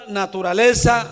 naturaleza